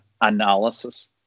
analysis